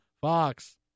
Fox